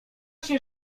się